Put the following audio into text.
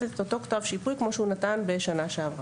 את אותו כתב שיפוי כמו שהוא נתן בשנה שעברה.